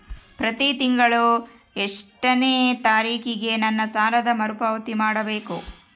ಪ್ರತಿ ತಿಂಗಳು ಎಷ್ಟನೇ ತಾರೇಕಿಗೆ ನನ್ನ ಸಾಲದ ಮರುಪಾವತಿ ಮಾಡಬೇಕು?